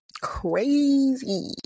Crazy